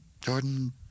Jordan